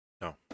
No